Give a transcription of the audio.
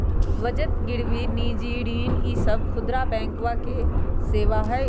बचत गिरवी निजी ऋण ई सब खुदरा बैंकवा के सेवा हई